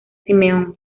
simeón